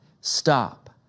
Stop